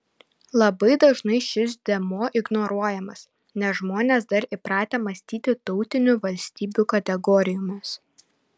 labai dažnai šis dėmuo ignoruojamas nes žmonės dar įpratę mąstyti tautinių valstybių kategorijomis